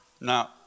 now